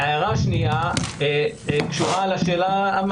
קריב, אמרנו שאלה.